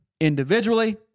individually